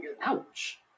Ouch